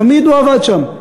תמיד הוא עבד שם,